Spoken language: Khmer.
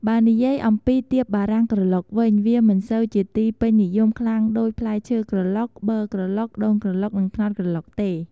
បើនិយាយអំពីទៀបបារាំងក្រឡុកវិញ វាមិនសូវជាទីពេញនិយមខ្លាំងដូច ផ្លែឈើក្រឡុក ប័រក្រឡុក ដូងក្រឡុក និងត្នោតក្រឡុកទេ។